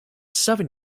seven